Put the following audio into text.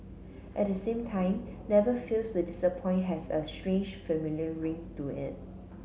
at the same time never fails to disappoint has a strange familiar ring to it